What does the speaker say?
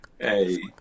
Hey